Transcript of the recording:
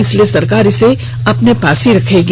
इसलिए सरकार इसे अपने पास ही रखेगी